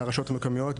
לרשות המקומיות,